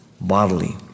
bodily